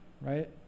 right